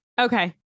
Okay